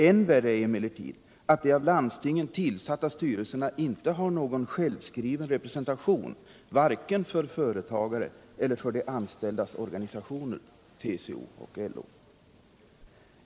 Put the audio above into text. Än värre är emellertid att de av landstingen tillsatta styrelserna inte har någon självskriven representation för vare sig företagare eller de anställdas organisationer — TCO och LO.